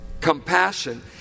compassion